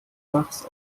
lachs